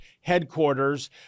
headquarters